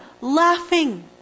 laughing